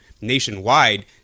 nationwide